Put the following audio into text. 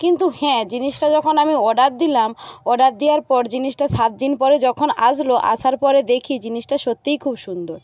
কিন্তু হ্যাঁ জিনিসটা যখন আমি অর্ডার দিলাম অর্ডার দেওয়ার পর জিনিসটা সাতদিন পরে যখন আসলো আসার পরে দেখি জিনিসটা সত্যিই খুব সুন্দর